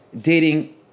dating